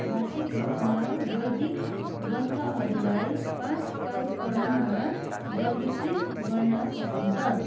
भाषिक रूपमा वैदिक ग्रन्थहरूलाई पाँच कालक्रममा वर्गीकृत गर्न सकिन्छ